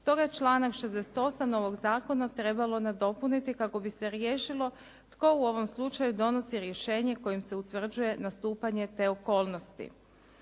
Stoga članak 68 ovog zakona trebalo nadopuniti kako bi se riješilo tko u ovom slučaju donosi rješenje kojim se utvrđuje nastupanje te okolnosti.